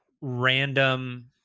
random